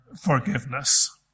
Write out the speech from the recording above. forgiveness